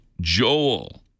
Joel